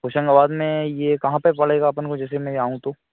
होशंगाबाद में यह कहाँ पर पड़ेगा अपन को जैसे मैं जाऊँ तो